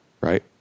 right